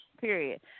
period